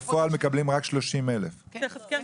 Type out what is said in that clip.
בפועל מקבלים רק 30,000. כן.